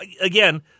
again